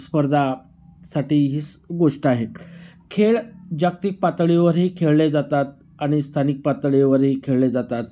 स्पर्धा साठी हीस गोष्ट आहे खेळ जागतिक पातळीवरही खेळले जातात आणि स्थानिक पातळीवरही खेळले जातात